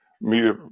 media